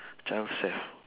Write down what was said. child self